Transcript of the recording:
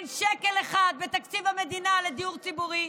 אין שקל אחד במדינה לדיור ציבורי.